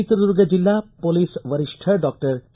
ಚಿತ್ರದುರ್ಗ ಜಿಲ್ಲಾ ಹೊಲೀಸ್ ವರಿಷ್ಠ doctor K